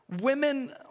women